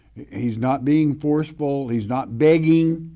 he's not being forceful, he's not begging.